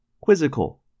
quizzical